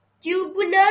tubular